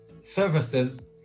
services